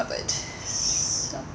covered